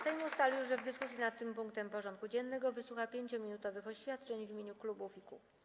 Sejm ustalił, że w dyskusji nad tym punktem porządku dziennego wysłucha 5-minutowych oświadczeń w imieniu klubów i kół.